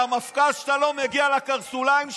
על המפכ"ל שאתה לא מגיע לקרסוליים שלו?